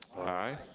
aye.